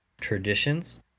traditions